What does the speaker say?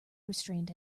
restrained